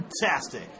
fantastic